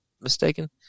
mistaken